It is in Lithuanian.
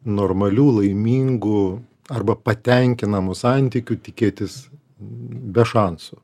normalių laimingų arba patenkinamų santykių tikėtis be šansų